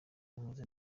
nkoze